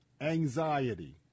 anxiety